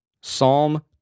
Psalm